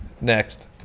Next